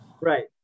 Right